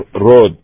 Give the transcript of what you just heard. road